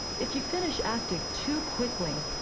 if you finish actiq too quickly,